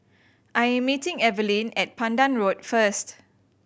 I'm meeting Evelyne at Pandan Road first